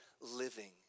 living